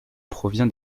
provient